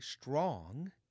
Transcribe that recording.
strong